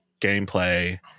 gameplay